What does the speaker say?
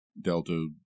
Delta